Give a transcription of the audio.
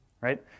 Right